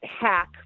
hack